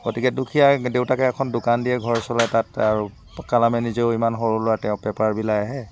গতিকে দুখীয়া দেউতাকে এখন দোকান দিয়ে ঘৰৰ ওচৰত তাত আৰু কালামে নিজেও ইমান সৰু ল'ৰা তেওঁ পেপাৰ বিলাই আহে